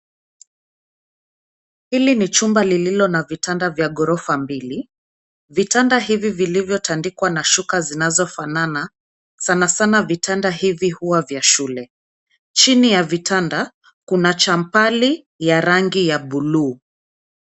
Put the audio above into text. Hili ni chumba lililo na vitanda vya ghorofa mbili. Vitanda hivi vilivyotandikwa na shuka zinazofanana. Sana sana vitanda hivi huwa vya shule. Chini ya vitanda kuna champali ya rangi ya buluu.